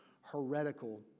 heretical